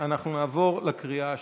אנחנו נעבור לקריאה השלישית.